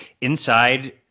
inside